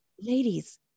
ladies